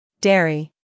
Dairy